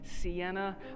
Sienna